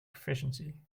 proficiency